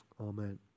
Amen